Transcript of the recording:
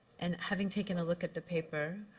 and having taken a look at the paper,